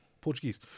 Portuguese